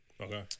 Okay